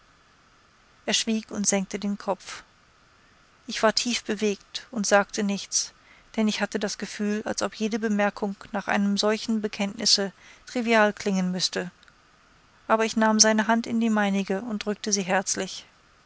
er schwieg und senkte den kopf ich war tief bewegt und sagte nichts denn ich hatte das gefühl als ob jede bemerkung nach einem solchen bekenntnisse trivial klingen müsse aber ich nahm seine hand in die meinige und drückte sie herzlich